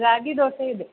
ರಾಗಿ ದೋಸೆ ಇದೆ